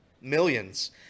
Millions